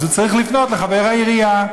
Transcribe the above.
אז הוא צריך לפנות לחבר העירייה.